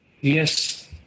Yes